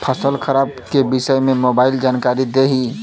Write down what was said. फसल खराब के विषय में मोबाइल जानकारी देही